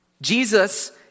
Jesus